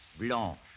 Blanche